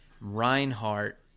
Reinhardt